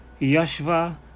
Yashva